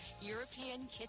European